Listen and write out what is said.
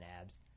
abs